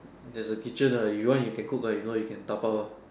there's a kitchen uh you want you can cook uh you don't want you can dabao uh